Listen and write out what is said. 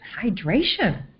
hydration